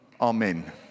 Amen